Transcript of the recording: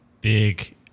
big